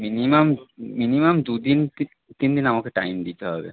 minimum minimum দু দিন কি তিন দিন আমাকে টাইম দিতে হবে